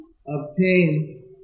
obtain